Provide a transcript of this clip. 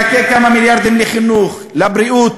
מיליארדים לחינוך, לבריאות.